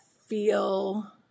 feel